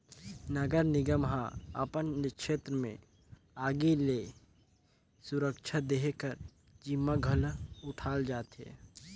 नगर निगम ह अपन छेत्र में आगी ले सुरक्छा देहे कर जिम्मा घलो उठाल जाथे